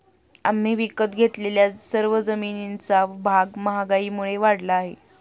आम्ही विकत घेतलेल्या सर्व जमिनींचा भाव महागाईमुळे वाढला आहे